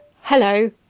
Hello